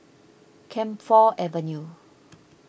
Camphor Avenue